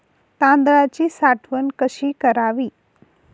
तांदळाची साठवण कशी करावी?